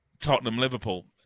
Tottenham-Liverpool